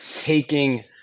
taking